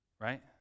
right